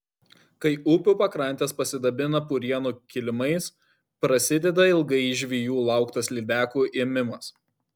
kai upių pakrantės pasidabina purienų kilimais prasideda ilgai žvejų lauktas lydekų ėmimas